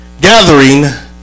gathering